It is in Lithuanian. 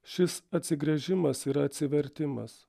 šis atsigręžimas yra atsivertimas